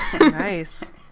Nice